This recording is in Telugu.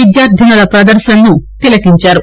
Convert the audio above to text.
విద్యార్థినుల పదర్శనను తిలకించారు